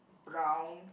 brown